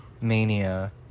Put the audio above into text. Mania